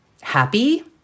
happy